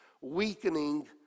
weakening